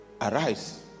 arise